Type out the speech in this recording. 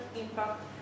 impact